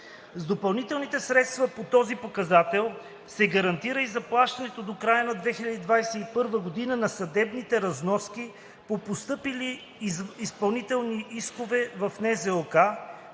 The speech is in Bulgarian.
С допълнителните средства по този показател се гарантира и заплащането до края на 2021 г. на съдебните разноски по постъпили изпълнителни искове в НЗОК,